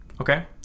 okay